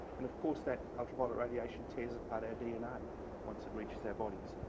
and of course that ultraviolet radiation tears apart our dna once it reaches our bodies.